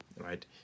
right